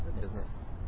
Business